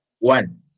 One